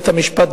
בית-המשפט,